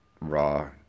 raw